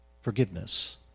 forgiveness